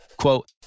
Quote